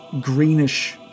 greenish